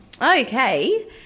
Okay